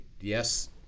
yes